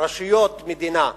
רשויות מדינה,